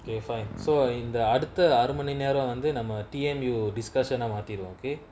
okay fine so இந்த அடுத்த அரமணி நேரோ வந்து நம்ம:intha adutha aramani nero vanthu namma T_M_U discussion ah மாத்திருவோ:maathiruvo okay